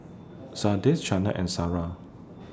Sanders Chaney and Sarrah